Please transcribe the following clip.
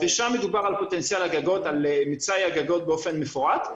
ושם מדובר על מצאי הגגות באופן מפורט.